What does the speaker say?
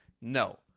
No